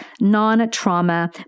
non-trauma